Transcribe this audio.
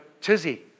tizzy